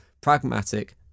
pragmatic